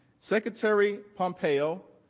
secretary pompeo,